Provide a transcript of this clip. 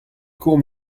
courts